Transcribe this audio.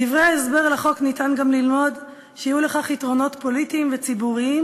מדברי ההסבר לחוק ניתן גם ללמוד שיהיו לכך יתרונות פוליטיים וציבוריים